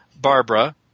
Barbara